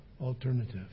alternative